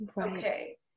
okay